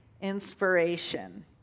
inspiration